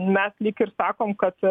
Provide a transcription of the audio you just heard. mes lyg ir sakom kad